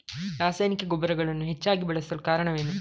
ರಾಸಾಯನಿಕ ಗೊಬ್ಬರಗಳನ್ನು ಹೆಚ್ಚಾಗಿ ಬಳಸಲು ಕಾರಣವೇನು?